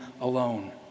alone